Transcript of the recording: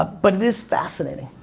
but it is fascinating.